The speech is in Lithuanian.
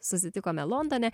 susitikome londone